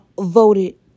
Voted